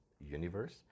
universe